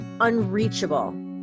unreachable